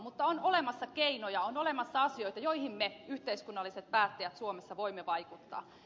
mutta on olemassa keinoja on olemassa asioita joihin me yhteiskunnalliset päättäjät suomessa voimme vaikuttaa